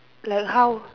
like how